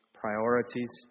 priorities